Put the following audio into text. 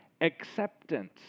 acceptance